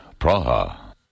Praha